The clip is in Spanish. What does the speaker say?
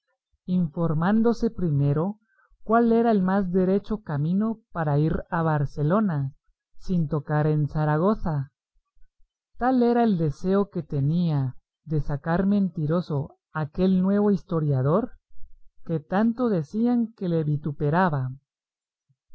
informándose primero cuál era el más derecho camino para ir a barcelona sin tocar en zaragoza tal era el deseo que tenía de sacar mentiroso aquel nuevo historiador que tanto decían que le vituperaba